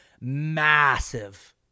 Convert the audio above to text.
massive